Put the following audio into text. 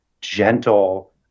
gentle